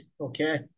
Okay